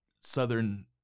southern